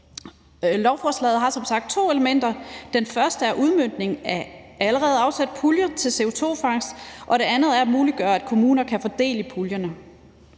Lovforslaget har som sagt to elementer. Det første er udmøntningen af allerede afsatte puljer til CO2-fangst, og det andet er at muliggøre, at kommuner kan få del i puljerne.